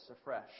afresh